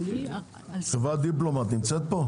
חברת דיפלומט נמצאת פה?